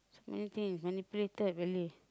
many things is manipulated already